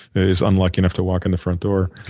is unlucky enough to walk in the front door.